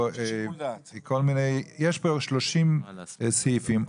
יש פה 30 סעיפים,